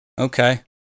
Okay